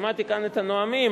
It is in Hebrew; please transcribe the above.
כששמעתי כאן את הנואמים,